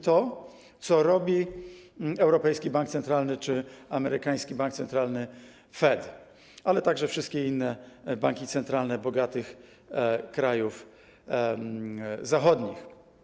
To robią Europejski Bank Centralny, amerykański bank centralny Fed, a także wszystkie inne banki centralne bogatych krajów zachodnich.